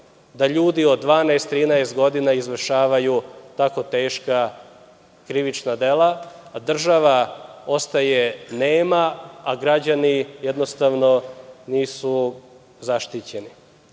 da ljudi od 12, 13 godina izvršavaju tako teška krivična dela. Država ostaje nema a građani jednostavno nisu zaštićeni. Mislim